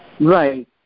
Right